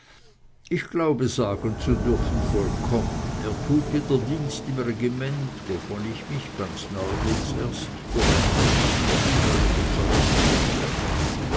ich glaube sagen zu dürfen vollkommen er tut wieder dienst im regiment wovon ich mich ganz neuerdings erst durch einen glücklichen zufall überzeugen konnte